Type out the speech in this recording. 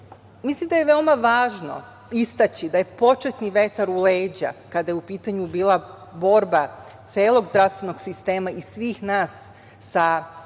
da je veoma važno istaći da je početni vetar u leđa, kada je u pitanju bila borba celog zdravstvenog sistema i svih nas sa